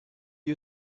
you